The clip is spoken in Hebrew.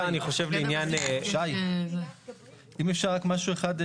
אם אפשר משהו אחד,